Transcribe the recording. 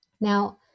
Now